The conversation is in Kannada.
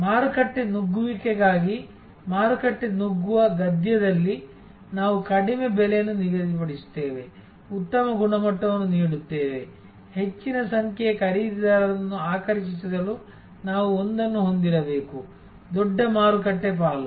ಮಾರುಕಟ್ಟೆ ನುಗ್ಗುವಿಕೆಗಾಗಿ ಮಾರುಕಟ್ಟೆ ನುಗ್ಗುವ ಗದ್ಯದಲ್ಲಿ ನಾವು ಕಡಿಮೆ ಬೆಲೆಯನ್ನು ನಿಗದಿಪಡಿಸುತ್ತೇವೆ ಉತ್ತಮ ಗುಣಮಟ್ಟವನ್ನು ನೀಡುತ್ತೇವೆ ಹೆಚ್ಚಿನ ಸಂಖ್ಯೆಯ ಖರೀದಿದಾರರನ್ನು ಆಕರ್ಷಿಸಲು ನಾವು ಒಂದನ್ನು ಹೊಂದಿರಬೇಕು ದೊಡ್ಡ ಮಾರುಕಟ್ಟೆ ಪಾಲು